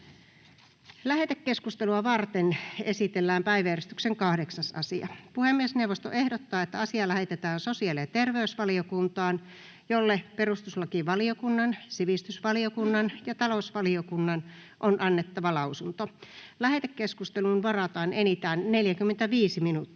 Lähetekeskustelua varten esitellään päiväjärjestyksen 8. asia. Puhemiesneuvosto ehdottaa, että asia lähetetään sosiaali- ja terveysvaliokuntaan, jolle perustuslakivaliokunnan, sivistysvaliokunnan ja talousvaliokunnan on annettava lausunto. Lähetekeskusteluun varataan enintään 45 minuuttia.